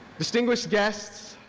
distinguished guests,